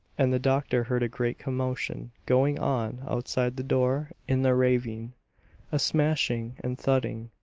and the doctor heard a great commotion going on outside the door in the ravine a smashing and thudding,